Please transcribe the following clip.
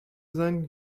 sein